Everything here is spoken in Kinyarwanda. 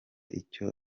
icyo